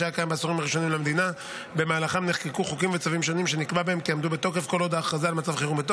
חוק ומשפט בעניין הארכת תוקף ההכרזה על מצב חירום.